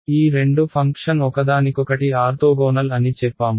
ఈ రెండు ఫంక్షన్ ఒకదానికొకటి ఆర్తోగోనల్ అని చెప్పాము